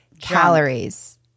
calories